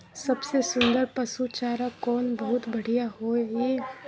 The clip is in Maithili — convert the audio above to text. सबसे सुन्दर पसु चारा कोन बहुत बढियां होय इ?